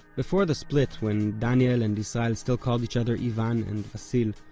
before the split, when daniel and yisrael still called each other ivan and vassil,